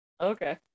Okay